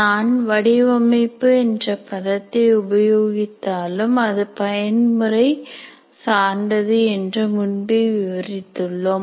நாம் வடிவமைப்பு என்ற பதத்தை உபயோகித்தாலும் அது பயன்முறை சார்ந்தது என்று முன்பே விவரித்துள்ளோம்